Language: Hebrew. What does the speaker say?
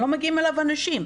לא מגיעים אליו אנשים.